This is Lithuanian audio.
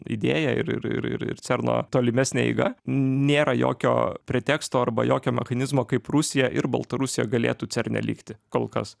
idėja ir ir ir ir ir cerno tolimesne eiga nėra jokio preteksto arba jokio mechanizmo kaip rusija ir baltarusija galėtų cerne likti kol kas